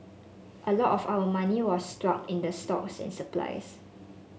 a lot of our money was stuck in the stocks and supplies